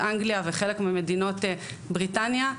אנגליה וחלק ממדינות בריטניה,